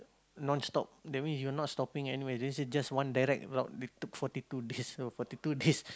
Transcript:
non-stop that means you're not stopping anywhere they say just one direct you know forty two days forty two days